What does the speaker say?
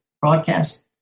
broadcast